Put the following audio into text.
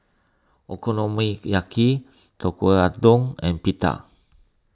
Okonomiyaki Tekkadon and Pita